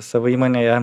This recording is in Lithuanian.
savo įmonėje